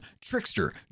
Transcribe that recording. Trickster